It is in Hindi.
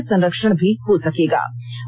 इस कला का संरक्षण भी हो सकेगा